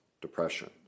depression